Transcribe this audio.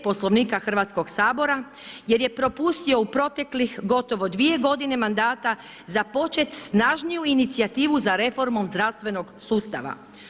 Poslovnika Hrvatskog sabora jer je propustio u proteklih gotovo 2 g. mandata započeti snažniju inicijativu za reformom zdravstvenog sustava.